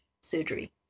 surgery